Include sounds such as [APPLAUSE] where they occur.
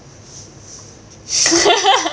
[LAUGHS]